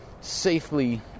safely